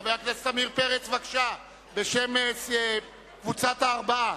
חבר הכנסת עמיר פרץ, בבקשה, בשם קבוצת הארבעה.